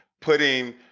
putting